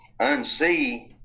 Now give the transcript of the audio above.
unsee